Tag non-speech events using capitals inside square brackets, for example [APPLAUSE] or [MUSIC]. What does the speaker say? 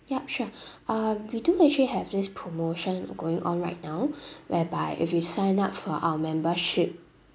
yup sure uh we do actually have this promotion going on right now [BREATH] whereby if you sign up for our membership